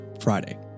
Friday